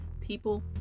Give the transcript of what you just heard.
people